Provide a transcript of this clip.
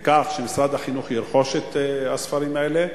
על-ידי כך שמשרד החינוך ירכוש את הספרים האלה.